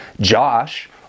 Josh